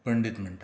पंडीत म्हणटा